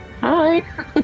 Hi